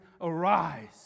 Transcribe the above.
arise